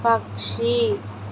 పక్షి